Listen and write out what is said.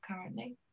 currently